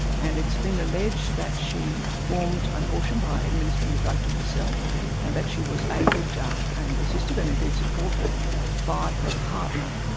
and it's been alleged that she performed an abortion by administering the drug to herself and that she was aided and assisted, and indeed supported by her partner.